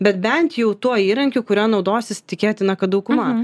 bet bent jau tuo įrankiu kuriuo naudosis tikėtina kad dauguma